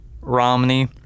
Romney